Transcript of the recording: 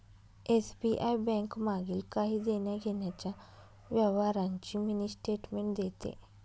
SBI bank मागील काही देण्याघेण्याच्या व्यवहारांची मिनी स्टेटमेंट देते